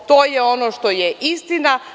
To je ono što je istina.